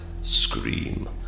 Scream